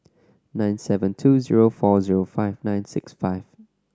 nine seven two zero four zero five nine six five